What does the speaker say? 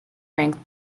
ranked